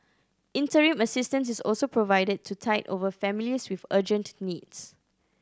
interim assistance is also provided to tide over families with urgent needs